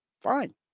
fine